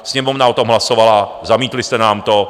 Sněmovna o tom hlasovala, zamítli jste nám to.